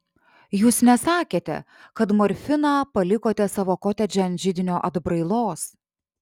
jūs nesakėte kad morfiną palikote savo kotedže ant židinio atbrailos